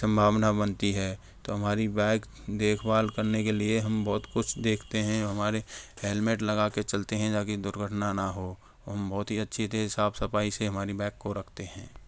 संभावना बनती है तो हमारी बाइक देखभाल करने के लिए हम बहुत कुछ देखते हैं हमारे हेलमेट लगाके चलते हैं ताकि दुर्घटना ना हो हम बहुत ही अच्छे से साफ़ सफ़ाई से हमारी बाइक को रखते हैं